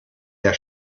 der